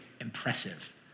impressive